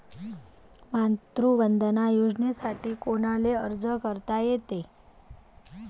मातृवंदना योजनेसाठी कोनाले अर्ज करता येते?